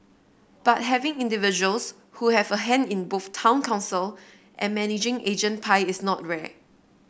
but having individuals who have a hand in both town council and managing agent pie is not rare